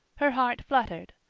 her heart fluttered,